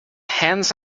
hands